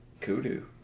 Kudu